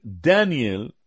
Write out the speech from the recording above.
Daniel